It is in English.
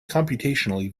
computationally